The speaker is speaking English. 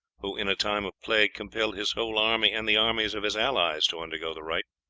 who, in a time of plague, compelled his whole army and the armies of his allies to undergo the rite.